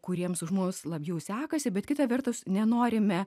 kuriems už mus labiau sekasi bet kita vertus nenorime